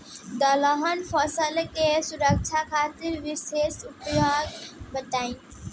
दलहन फसल के सुरक्षा खातिर विशेष उपाय बताई?